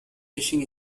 fishing